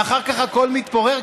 ואחר כך הכול מתפורר,